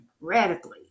radically